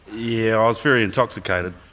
yeah i was very intoxicated.